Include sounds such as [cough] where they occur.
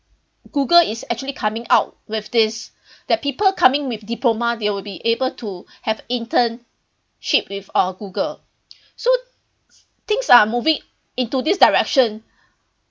google is actually coming out with this that people coming with diploma they'll be able to have internship with uh Google [breath] so things are moving into this direction